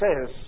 says